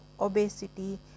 obesity